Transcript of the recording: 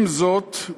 עם זאת,